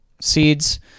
seeds